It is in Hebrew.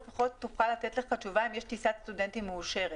לתת לך תשובה אם יש טיסת סטודנטים מאושרת.